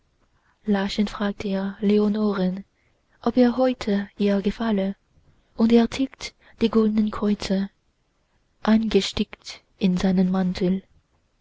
fragt er leonoren ob er heute ihr gefalle und er zeigt die goldnen kreuze eingestickt in seinen mantel